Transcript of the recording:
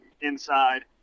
inside